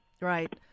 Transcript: right